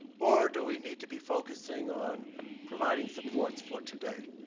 or do we need to be focusing on provide ing supports for today.